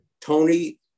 Tony